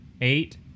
eight